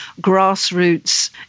grassroots